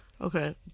Okay